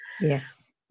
yes